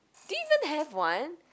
did you even have one